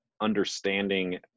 understanding